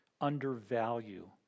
Undervalue